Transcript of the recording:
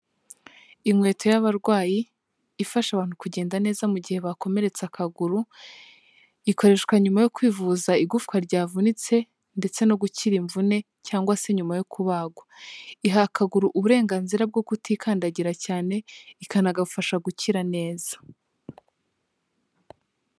Inkweto y'abarwayi ifasha abantu kugenda neza mu gihe bakomeretsa akaguru, ikoreshwa nyuma yo kwivuza igufwa ryavunitse ndetse no gukira imvune cyangwa se nyuma yo kubagwa, iha akagura uburenganzira bwo kutikandagira cyane ikanagufasha gukira neza.